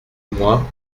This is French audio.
moi